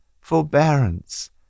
Forbearance